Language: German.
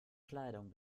kleidung